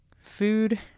food